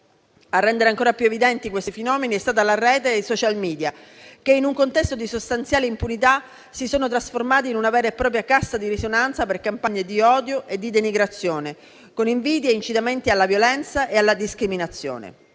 A rendere ancora più evidenti questi fenomeni sono stati la rete e i *social media* che, in un contesto di sostanziale impunità, si sono trasformati in una vera e propria cassa di risonanza per campagne di odio e di denigrazione, con invidie e incitamenti alla violenza e alla discriminazione.